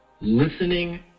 Listening